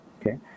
Okay